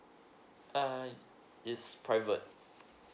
uh it's private